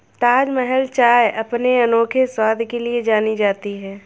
ताजमहल चाय अपने अनोखे स्वाद के लिए जानी जाती है